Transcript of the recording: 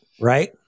right